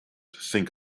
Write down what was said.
sink